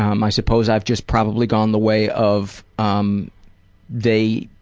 um i suppose i've just probably gone the way of um they